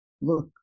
look